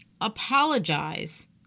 Apologize